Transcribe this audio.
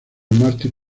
mártir